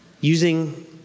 using